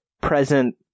present